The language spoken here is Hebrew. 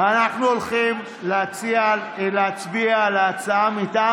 אנחנו הולכים להצביע על ההצעה מטעם